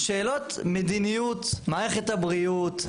שאלות מדיניות מערכת הבריאות,